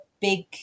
big